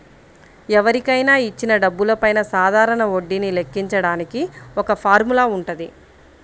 ఎవరికైనా ఇచ్చిన డబ్బులపైన సాధారణ వడ్డీని లెక్కించడానికి ఒక ఫార్ములా వుంటది